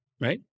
Right